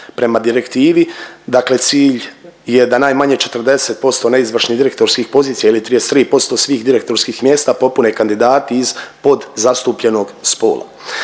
Prema direktivi, dakle cilj je da najmanje 40% neizvršnih direktorskih pozicija ili 33% svih direktorskih mjesta popune kandidati iz podzastupljenog spola.